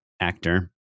actor